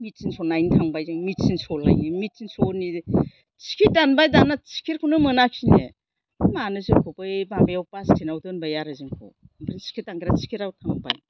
मिटिनस नायनो थांबाय जों मिटिनसलायनो मिटिनसनि टिकित दानबाय दाना टिकिटतखौनो मोनाखिसै नो मानो जोंखौ बै माबायाव बास्टेनआव दोनबाय आरो जोंखौ ओमफ्राय टिकेट दानग्राया टिकितआव थांबाय